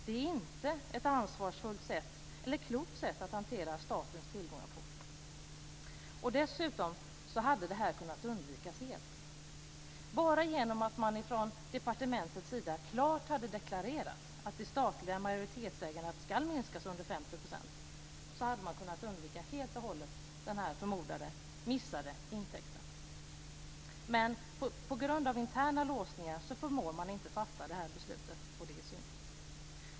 Det är inte ett ansvarsfullt eller klokt sätt att hantera statens tillgångar på. Dessutom hade detta helt kunnat undvikas. Bara genom att man från departementets sida klart hade deklarerat att det statliga majoritetsägandet ska minskas till under 50 % hade man helt och hållet kunnat undvika den här förmodade missade intäkten. Men på grund av interna låsningar förmår man inte fatta beslutet, och det är synd.